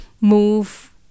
move